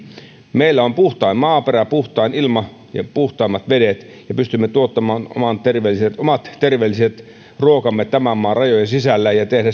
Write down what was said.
meillä on puhtain maaperä puhtain ilma ja puhtaimmat vedet ja pystymme tuottamaan omat terveelliset ruokamme tämän maan rajojen sisällä ja ja tekemään